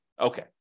Okay